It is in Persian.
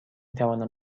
توانم